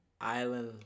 Island